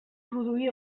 produí